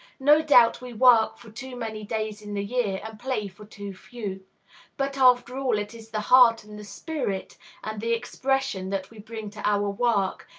no doubt we work for too many days in the year, and play for too few but, after all, it is the heart and the spirit and the expression that we bring to our work,